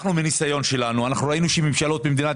מהניסיון שלנו ראינו שממשלות במדינת